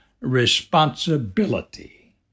responsibility